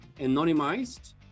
anonymized